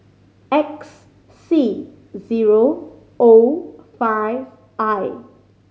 X C zero O five I